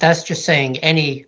that's just saying any